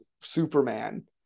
Superman